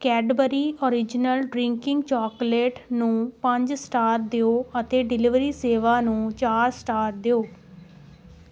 Cadbury original drinking chocolate ਨੂੰ ਪੰਜ star ਦਿਓ ਅਤੇ ਡਿਲੀਵਰੀ ਸੇਵਾ ਨੂੰ ਚਾਰ ਸਟਾਰ ਦਿਓ